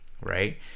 right